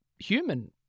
human